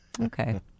Okay